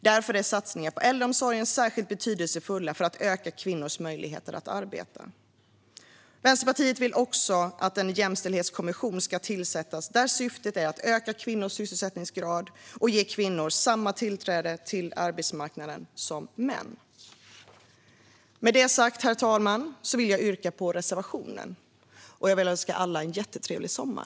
Därför är satsningar på äldreomsorgen särskilt betydelsefulla för att öka kvinnors möjligheter att arbeta. Vänsterpartiet vill också att en jämställdhetskommission ska tillsättas där syftet är att öka kvinnors sysselsättningsgrad och ge kvinnor samma tillträde till arbetsmarknaden som män. Med det sagt, herr talman, vill jag yrka bifall till reservationen. Jag önskar alla en jättetrevlig sommar.